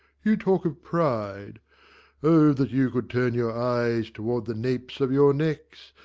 you talk of pride o that you could turn your eyes toward the napes of your necks,